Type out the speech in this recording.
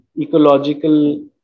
ecological